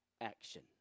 action